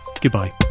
goodbye